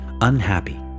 unhappy